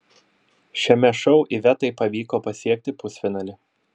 šiame šou ivetai pavyko pasiekti pusfinalį